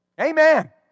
Amen